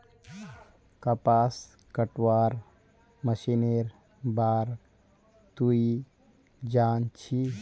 कपास कटवार मशीनेर बार तुई जान छि